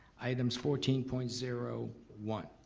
items fourteen point zero one.